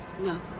No